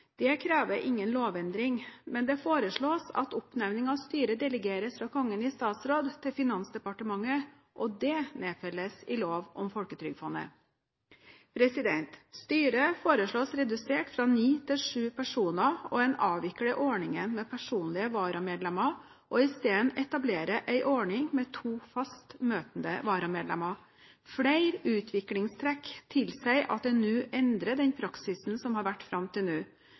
Det krever ingen lovendring. Men det foreslås at oppnevning av styre delegeres fra Kongen i statsråd til Finansdepartementet, og det nedfelles i lov om Folketrygdfondet. Styret foreslås redusert fra ni til sju personer, og en avvikler ordningen med personlige varamedlemmer og etablerer i stedet en ordning med to fast møtende varamedlemmer. Flere utviklingstrekk tilsier at en bør endre praksisen som har vært fram til nå.